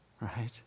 right